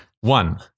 one